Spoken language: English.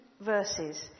verses